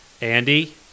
Andy